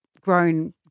grown